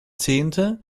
zehnte